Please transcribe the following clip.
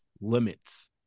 limits